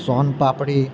soan papdi